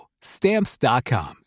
Stamps.com